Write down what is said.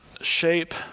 shape